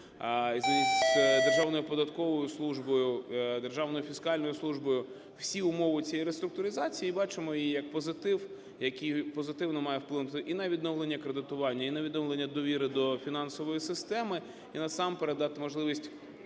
з Державною податковою службою, Державною фіскальною службою, всі умови цієї реструктуризації і бачимо її як позитив, який позитивно має вплинути і на відновлення кредитування, і на відновлення довіри до фінансової системи, і насамперед дати можливість